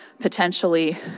potentially